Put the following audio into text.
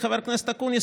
חבר הכנסת אקוניס,